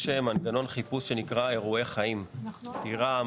יש מנגנון חיפוש שנקרא אירועי חיים: דירה,